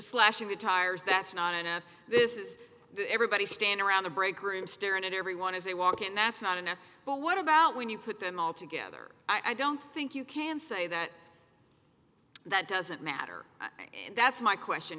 slashing the tires that's not enough this is everybody stand around the break room staring at everyone as they walk in that's not enough but what about when you put them all together i don't think you can say that that doesn't matter and that's my question